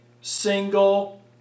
single